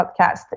podcast